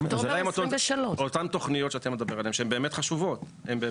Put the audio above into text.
אוקטובר 2023. השאלה אם אותן תוכניות שאתה מדבר עליהן,